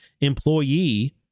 employee